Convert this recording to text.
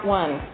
one